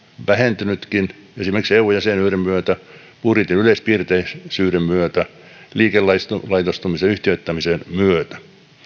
vähentynytkin esimerkiksi eu jäsenyyden myötä budjetin yleispiirteisyyden myötä liikelaitostumisen yhtiöittämisen myötä